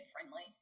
friendly